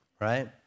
right